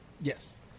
Yes